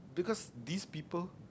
because these people